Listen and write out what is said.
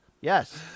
Yes